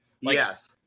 Yes